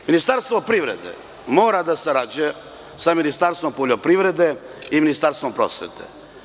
Ministarstvo privrede mora da sarađuje sa Ministarstvom poljoprivrede i Ministarstvom prosvete.